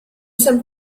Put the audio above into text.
sommes